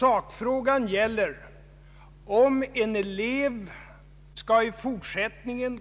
Herr talman!